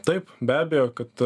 taip be abejo kad